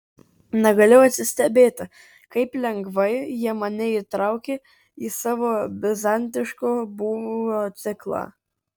negalėjau atsistebėti kaip lengvai jie mane įtraukė į savo bizantiško būvio ciklą